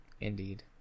indeed